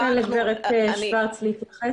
אז בואי ניתן לגב' שוורץ להתייחס.